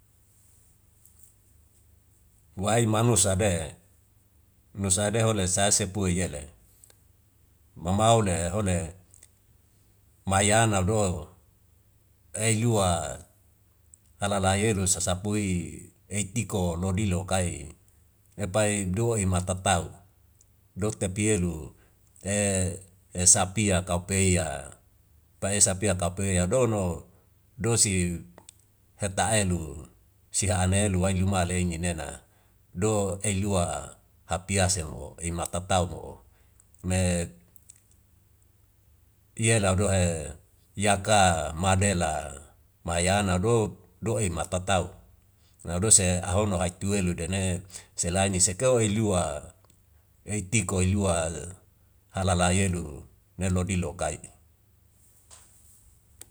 Wae ma nusa behe, nusa beho le sa sepu yele mamau le hole mayana dow. Ei lua ala la yelu sasapui ei tiko nodi lokai epai do ima tatal dok tapi yelu sapia kau pei pa e'sapia yadono dosi heta elu si ana helu wai luma lei ninena do ei lua hapiase mo ima tatau bo'o ne ie lau do'e yaka madela mayana do, do'i matatau nau dose ahono haik tuelu dene selain ise koi lua, eiti koi lua alala yelu nelodi lokai.